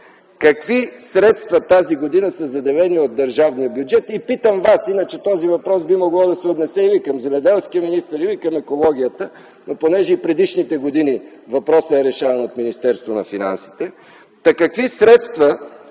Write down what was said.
какви средства тази година са заделени от държавния бюджет? Питам Вас, иначе този въпрос би могъл да се отнесе и към земеделския министър, и към екологията, но и предишните години въпросът е решаван от Министерството на финансите.